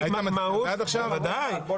בוודאי.